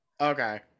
Okay